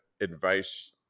advice